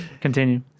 Continue